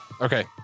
Okay